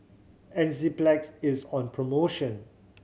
Enzyplex is on promotion